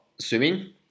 swimming